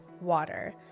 Water